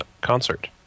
concert